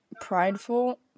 prideful